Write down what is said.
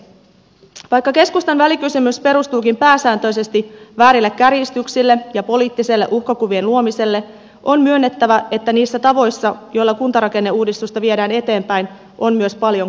vaikka keskustan välikysymys perustuukin pääsääntöisesti väärille kärjistyksille ja poliittiselle uhkakuvien luomiselle on myönnettävä että niissä tavoissa joilla kuntarakenneuudistusta viedään eteenpäin on myös paljon korjattavaa